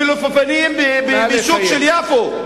כאשר הטמינו פצצות בקופסאות של מלפפונים בשוק של יפו,